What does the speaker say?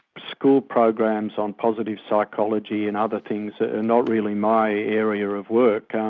school programs on positive psychology and other things are not really my area of work.